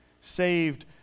saved